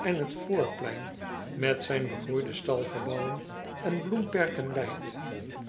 en het voorplein met zijn begroeide stalgebouwen en bloemperken leidt